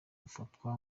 ufatwa